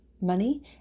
money